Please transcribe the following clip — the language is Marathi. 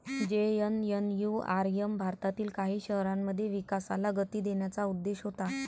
जे.एन.एन.यू.आर.एम भारतातील काही शहरांमध्ये विकासाला गती देण्याचा उद्देश होता